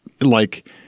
like-